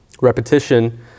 repetition